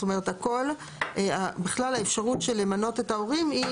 זאת אומרת בכלל האפשרות של למנות את ההורים היא